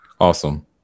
Awesome